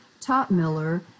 Topmiller